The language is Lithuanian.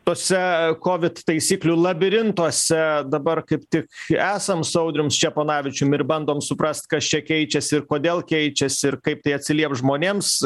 tuose kovid taisyklių labirintuose dabar kaip tik esam su audrium ščeponavičium ir bandom suprast kas čia keičiasi ir kodėl keičiasi ir kaip tai atsilieps žmonėms